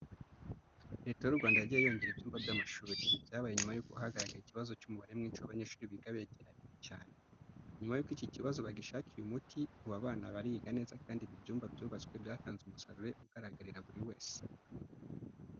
Leta y'u Rwanda yagiye yongera ibyumba by'amashuri, ibi byabaye nyuma yuko hagaragaye ikibazo cy'umubare mwinshi w'abanyeshuri bigaga begeranye cyane. Nyuma yuko iki kibazo bagishakiye umuti, ubu abana bariga neza kandi ibi byumba byubatswe byatanze umusaruro ugaragarira buri wese.